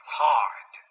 hard